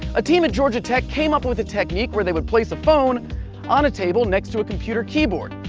a team at georgia tech came up with a technique where they would place a phone on a table next to a computer keyboard.